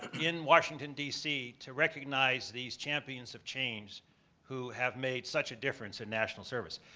in washington, d c, to recognize these champions of change who have made such a difference in national service.